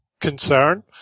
concern